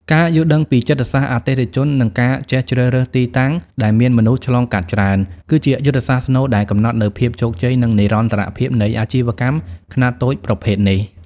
ការយល់ដឹងពីចិត្តសាស្ត្រអតិថិជន និងការចេះជ្រើសរើសទីតាំងដែលមានមនុស្សឆ្លងកាត់ច្រើន គឺជាយុទ្ធសាស្ត្រស្នូលដែលកំណត់នូវភាពជោគជ័យ និងនិរន្តរភាពនៃអាជីវកម្មខ្នាតតូចប្រភេទនេះ។